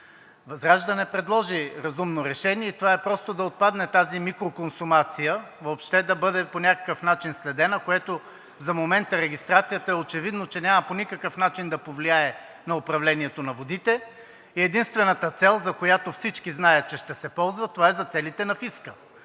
ВЪЗРАЖДАНЕ предложи разумно решение и това е просто да отпадне тази микроконсумация, въобще да бъде по някакъв начин следена, което за момента е очевидно, че регистрацията няма по никакъв начин да повлияе на управлението на водите и единствената цел, за която всички знаят, че ще се ползва, това е за целите на фиска.